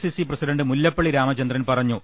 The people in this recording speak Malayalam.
CC president Mullappally Ramachandran പറഞ്ഞു